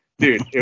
Dude